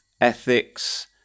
ethics